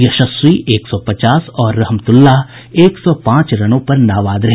यशस्वी एक सौ पचास और रहमतुल्लाह एक सौ पांच रनों पर नाबाद रहे